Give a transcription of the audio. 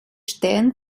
stehen